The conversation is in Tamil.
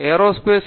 பேராசிரியர் எஸ்